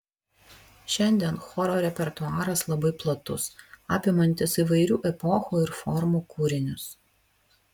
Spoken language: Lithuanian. šiandien choro repertuaras labai platus apimantis įvairių epochų ir formų kūrinius